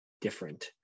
different